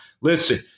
listen